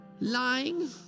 lying